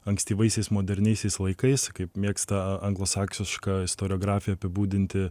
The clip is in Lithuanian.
ankstyvaisiais moderniaisiais laikais kaip mėgsta anglosaksiška istoriografija apibūdinti